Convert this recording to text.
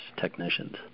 technicians